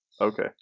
Okay